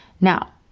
Now